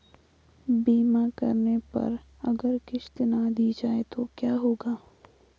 बीमा करने पर अगर किश्त ना दी जाये तो क्या होगा?